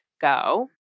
go